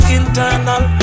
internal